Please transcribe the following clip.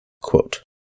Quote